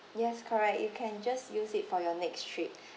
yes correct you can just use it for your next trip